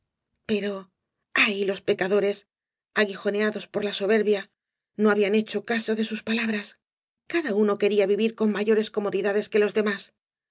pero ayl los pecadores aguijoneados por la boberbía no habían hecho caso de sus palabras v blao ibáñhiz cada uno quería vivir coa mayores comodidades que loa demás